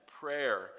prayer